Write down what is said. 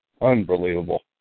Unbelievable